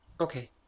Okay